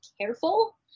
careful